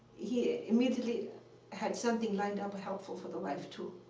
he immediately had something lined up ah helpful for the wife, too.